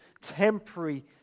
temporary